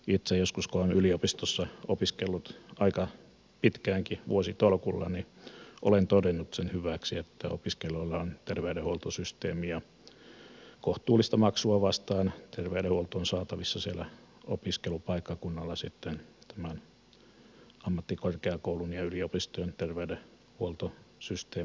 itse joskus kun olen yliopistossa opiskellut aika pitkäänkin vuositolkulla olen todennut sen hyväksi että opiskelijoilla on terveydenhuoltosysteemi ja terveydenhuolto on saatavissa kohtuullista maksua vastaan siellä opiskelupaikkakunnalla ammattikorkeakoulun ja yliopistojen terveydenhuoltosysteemin kautta